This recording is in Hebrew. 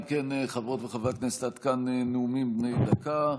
אם כן, חברות וחברי הכנסת, עד כאן נאומים בני דקה.